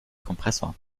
kompressor